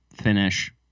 finish